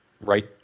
Right